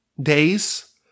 days